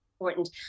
important